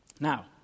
Now